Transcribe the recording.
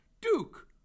Duke